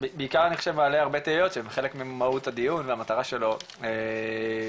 בעיקר אני חושב מעלה הרבה תהיות וחלק ממהות הדיון והמטרה שלו להצליח,